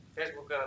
Facebook